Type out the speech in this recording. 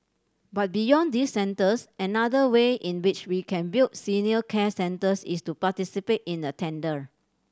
but beyond these centres another way in which we can build senior care centres is to participate in a tender